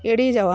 এড়িয়ে যাওয়া